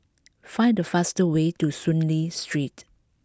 find the fastest way to Soon Lee Street